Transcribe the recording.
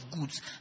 goods